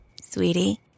Sweetie